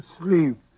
sleep